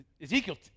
Ezekiel